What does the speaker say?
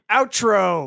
Outro